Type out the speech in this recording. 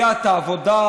יודע את העבודה,